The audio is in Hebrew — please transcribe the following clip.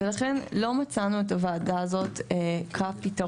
ולכן לא מצאנו את הוועדה הזאת כפתרון